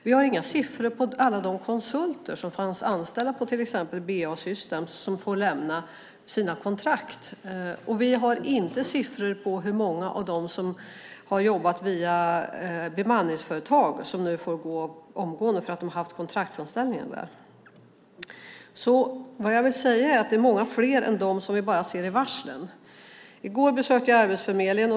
Vi har inga siffror på alla de konsulter som fanns anställda på till exempel BAE Systems och får lämna sina kontrakt. Vi har inte siffror på hur många av dem som har jobbat via bemanningsföretag som nu får gå omgående för att de haft kontraktsanställningar. Vad jag vill säga är att det rör sig om många fler än dem som vi ser i varslen. I går besökte jag Arbetsförmedlingen.